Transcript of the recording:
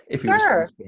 Sure